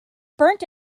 burnt